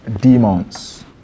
demons